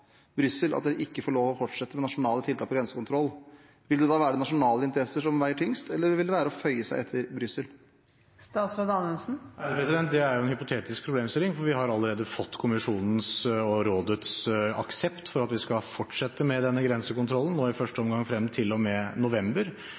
Brussel om at en ikke får lov til å fortsette med nasjonale tiltak for grensekontroll, vil det da være nasjonale interesser som veier tyngst, eller vil det være å føye seg etter Brussel? Det er en hypotetisk problemstilling, for vi har allerede fått kommisjonens og rådets aksept for at vi skal fortsette med denne grensekontrollen, i første